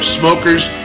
smokers